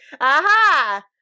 Aha